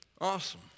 Awesome